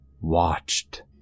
watched